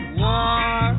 war